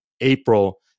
April